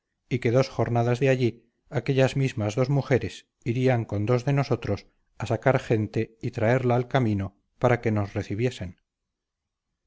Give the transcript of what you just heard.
y que dos jornadas de allí aquellas mismas dos mujeres irían con dos de nosotros a sacar gente y traerla al camino para que nos recibiesen